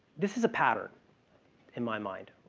this is a pattern in my mind.